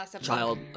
child